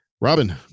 robin